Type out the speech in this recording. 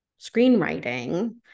screenwriting